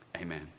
Amen